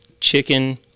chicken